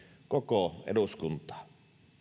koko eduskuntaa